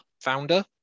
founder